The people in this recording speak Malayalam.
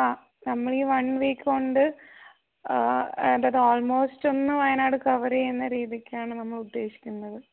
ആ നമ്മൾ ഈ വൺ വീക്ക് കൊണ്ട് അതായത് ആൾമോസ്റ്റ് ഒന്ന് വയനാട് കവറ് ചെയ്യുന്ന രീതിക്കാണ് നമ്മളുദ്ദേശിക്കുന്നത്